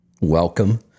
Welcome